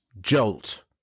jolt